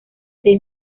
the